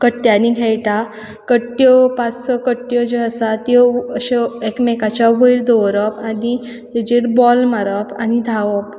कट्ट्यांनी खेयटा कट्ट्यो पांच स कट्ट्यो ज्यो आसा त्यो अश्यो एकामेकाच्या वयर दवरप आनी तेजेर बॉल मारप आनी धांवप